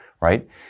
right